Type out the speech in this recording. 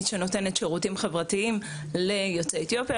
שנותנת שירותים חברתיים ליוצאי אתיופיה.